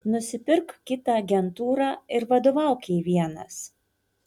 nusipirk kitą agentūrą ir vadovauk jai vienas